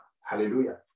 hallelujah